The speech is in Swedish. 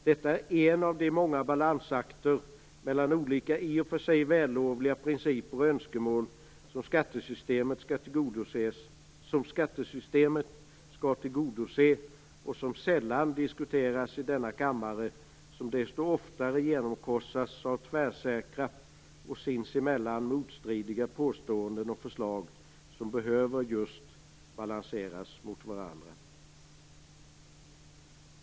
Detta är en av de många balansakter mellan olika, i och för sig vällovliga, principer och önskemål som skattesystemet skall tillgodose och som sällan diskuteras i denna kammare, som desto oftare genomkorsas av tvärsäkra och sinsemellan motstridiga påståenden och förslag som just behöver balanseras mot varandra.